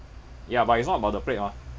ya but it's not about the plate mah